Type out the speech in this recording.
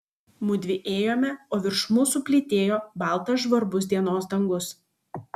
mudvi ėjome o virš mūsų plytėjo baltas žvarbus dienos dangus